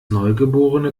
neugeborene